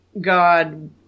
god